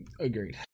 agreed